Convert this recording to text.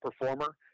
performer